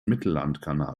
mittellandkanal